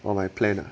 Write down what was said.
oh my plan ah